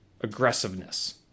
aggressiveness